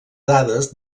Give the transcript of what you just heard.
dades